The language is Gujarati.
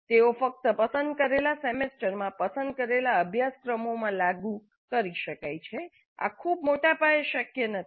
તેઓ ફક્ત પસંદ કરેલા સેમેસ્ટરમાં પસંદ કરેલા અભ્યાસક્રમોમાં લાગુ કરી શકાય છે આ ખૂબ મોટા પાયે શક્ય નથી